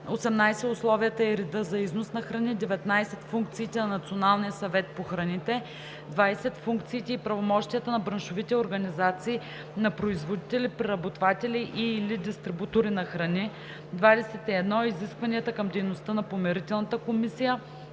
18. условията и реда за износ на храни; 19. функциите на Националния съвет по храните; 20. функциите и правомощията на браншовите организации на производители, преработватели и/или дистрибутори на храни; 21. изискванията към дейността на Помирителната комисия.